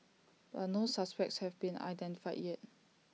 but no suspects have been identified yet